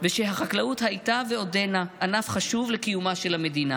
ושהחקלאות הייתה ועודנה ענף חשוב לקיומה של המדינה,